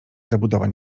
zabudowań